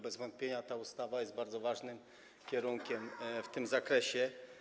Bez wątpienia ta ustawa jest bardzo ważnym kierunkiem w tym zakresie.